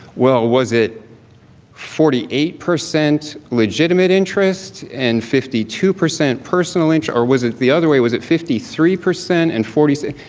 well, was it forty eight percent legitimate interest and fifty two percent personal income or was it the other way? was it fifty three percent and forty three?